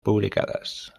publicadas